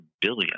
billion